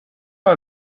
are